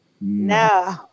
No